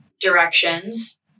directions